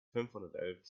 fünfhundertelf